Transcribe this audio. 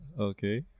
Okay